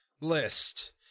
list